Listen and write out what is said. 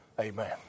Amen